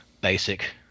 basic